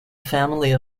family